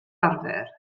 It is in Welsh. arfer